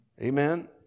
Amen